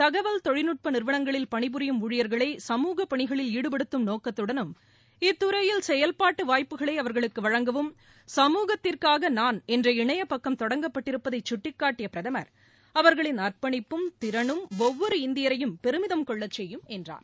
தகவல் தொழில்நுட்ப நிறுவனங்களில் பணிபுரியும் ஊழியர்களை சமூக பணிகளில் ஈடுபடுத்தும் நோக்கத்துடனும் இந்தத்துறையில் செயல்பாட்டு வாய்ப்புகளை அவர்களுக்கு வழங்கவும் சமூகத்திற்காக நான் என்ற இணைய பக்கம் தொடங்கப்பட்டிருப்பதை சுட்டிக்காட்டிய பிரதமர் அவர்களின் அர்ப்பனிப்பும் திறனும் ஒவ்வொரு இந்தியரையும் பெருமிதம் கொள்ளச்செய்யும் என்றார்